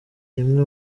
rimwe